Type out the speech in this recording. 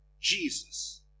Jesus